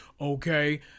okay